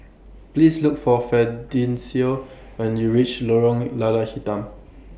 Please Look For Fidencio when YOU REACH Lorong Lada Hitam